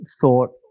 thought